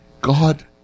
God